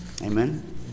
Amen